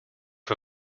for